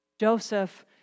Joseph